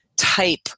type